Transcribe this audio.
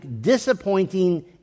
disappointing